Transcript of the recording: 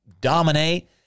dominate